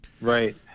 Right